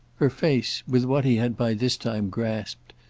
her face, with what he had by this time grasped,